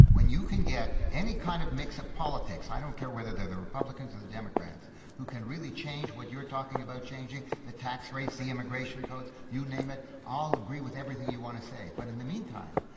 when you can get any kind of mix of politics i don't care whether they're the republicans or the democrats who can really change what you're talking about changing, the tax rates, the immigration codes, you name it, i'll agree with everything you want to say. but in the meantime,